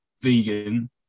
vegan